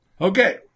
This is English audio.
Okay